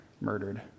murdered